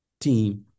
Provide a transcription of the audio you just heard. team